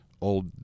old